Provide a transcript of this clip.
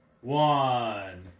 one